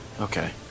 okay